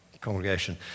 congregation